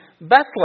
Bethlehem